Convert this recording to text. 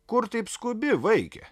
kur taip skubi vaike